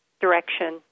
direction